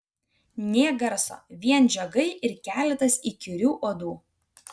nė garso vien žiogai ir keletas įkyrių uodų